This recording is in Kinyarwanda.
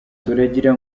turagira